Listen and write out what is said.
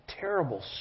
terrible